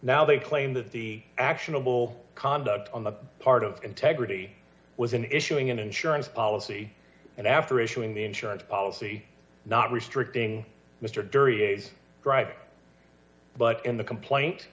now they claim that the actionable conduct on the part of integrity was in issuing an insurance policy and after issuing the insurance policy not restricting mr dury a's drive but in the complaint